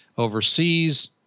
overseas